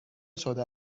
شده